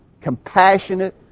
compassionate